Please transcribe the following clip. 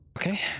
Okay